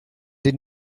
did